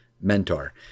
mentor